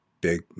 big